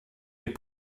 est